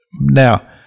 Now